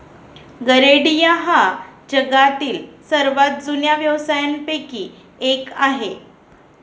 गरेडिया हा जगातील सर्वात जुन्या व्यवसायांपैकी एक आहे